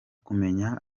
kumenya